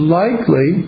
likely